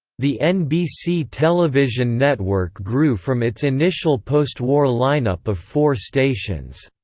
the nbc television network grew from its initial post-war lineup of four stations.